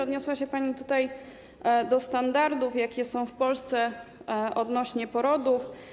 Odniosła się pani tutaj do standardów, jakie są w Polsce odnośnie do porodów.